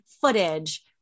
footage